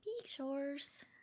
Pictures